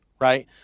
Right